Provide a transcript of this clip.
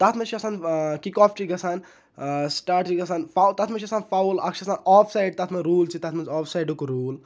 تَتھ مَنٛز چھِ آسان کِک آف چھِ گَژھان سٹاٹ چھُ گَژھان تَتھ مَنٛز چھِ آسان فَوُل اَکھ چھُ آسان آف سایِڑ تَتھ مَنٛز روٗل چھُ تَتھ مَنٛز آف سایڑک روٗل